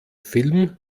film